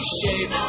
shape